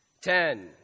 Ten